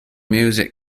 music